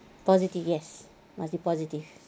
positive yes must be positive